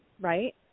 right